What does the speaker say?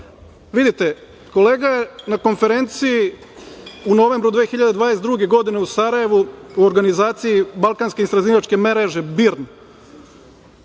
Vidite, kolega je na konferenciji u novembru 2022. godine u Sarajevu, u organizaciji Balkanske istraživačke mreže (BIRN)